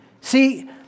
See